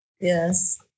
Yes